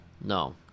No